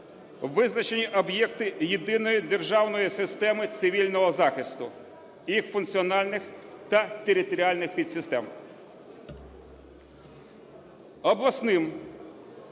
визначені об'єкти єдиної державної системи цивільного захисту, їх функціональних та територіальних підсистем.